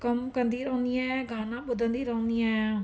कमु कंदी रहंदी आहियां गाना ॿुधंदी रहंदी आहियां